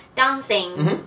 dancing